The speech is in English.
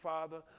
Father